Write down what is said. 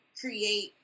create